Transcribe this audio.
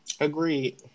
agreed